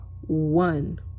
one